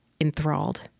enthralled